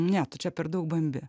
ne tu čia per daug bambi